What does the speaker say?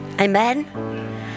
amen